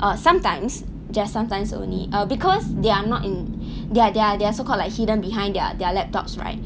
uh sometimes just sometimes only err because they are not in they are they are they are so called like hidden behind their their laptops right